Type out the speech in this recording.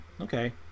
okay